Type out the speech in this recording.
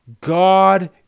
God